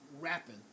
rapping